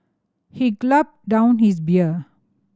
he gulped down his beer